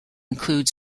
include